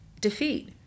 defeat